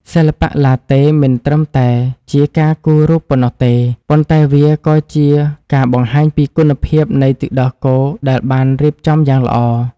សិល្បៈឡាតេមិនត្រឹមតែជាការគូររូបប៉ុណ្ណោះទេ ប៉ុន្តែវាក៏ជាការបង្ហាញពីគុណភាពនៃទឹកដោះគោដែលបានរៀបចំយ៉ាងល្អ។